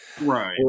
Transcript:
Right